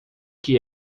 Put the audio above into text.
que